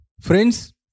Friends